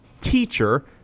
teacher